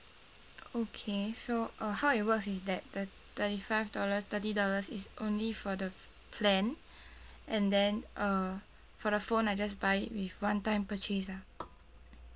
okay so uh how it works is that the thirty five dollar thirty dollars is only for the plan and then uh for the phone I just buy it with one time purchase ah